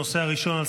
הנושא הראשון